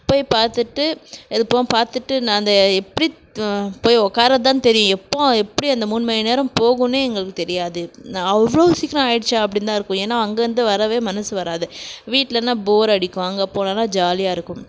போய் பார்த்துட்டு பார்த்துட்டு நான் அந்த எப்படி போய் உக்காரதான் தெரியும் எப்போது எப்படி அந்த மூணு மணி நேரம் போகுதுனே எங்களுக்கு தெரியாது நான் அவ்வளோ சீக்கரம் ஆகிடுச்சா அப்டின்னு தான் இருக்கும் ஏன்னா அங்கேருந்து வர மனது வராது வீட்டில் இருந்தால் போர் அடிக்கும் அங்கே போனோம்னா ஜாலியாக இருக்கும்